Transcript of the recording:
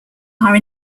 are